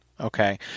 Okay